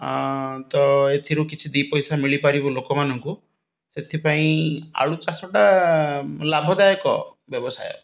ତ ଏଥିରୁ କିଛି ଦୁଇ ପଇସା ମିଳିପାରିବ ଲୋକମାନଙ୍କୁ ସେଥିପାଇଁ ଆଳୁ ଚାଷଟା ଲାଭଦାୟକ ବ୍ୟବସାୟ